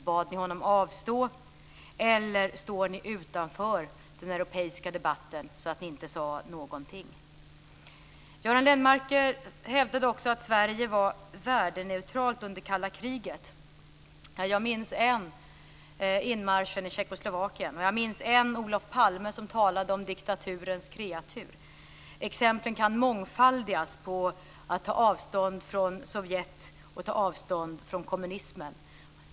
Bad ni honom avstå? Eller står ni utanför den europeiska debatten och sade därför ingenting? Göran Lennmarker hävdade också att Sverige var värdeneutralt under kalla kriget. Jag minns än inmarschen i Tjeckoslovakien, och jag minns än Olof Palme som talade om diktaturens kreatur. Exemplen på att ta avstånd från Sovjet och från kommunismen kan mångfaldigas.